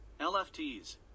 LFTs